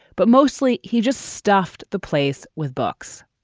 but mostly he just stuffed the place with books.